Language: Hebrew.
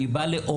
אני בא לעורר.